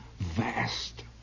vast